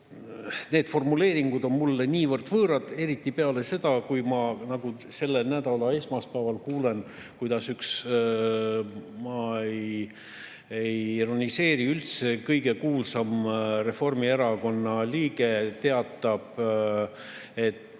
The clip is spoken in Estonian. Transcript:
Need formuleeringud on mulle niivõrd võõrad, eriti peale seda, kui ma selle nädala esmaspäeval kuulsin, kuidas üks – ma ei ironiseeri üldse – kõige kuulsam Reformierakonna liige teatas, et